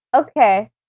Okay